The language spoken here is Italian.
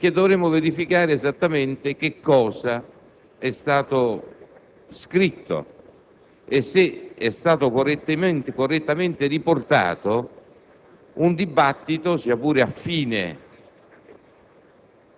dovrà, infatti, verificare esattamente cosa è stato scritto e se è stato correttamente riportato un dibattito, sia pure a fine